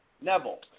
Neville